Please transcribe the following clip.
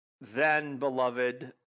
then-beloved